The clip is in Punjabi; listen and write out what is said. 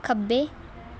ਖੱਬੇ